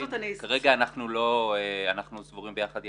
כרגע אנחנו סבורים יחד עם